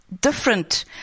different